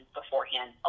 beforehand